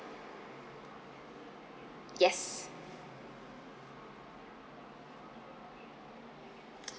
yes